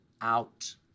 out